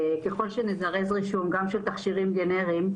ככל שנזרז רישום גם של תכשירים גנריים,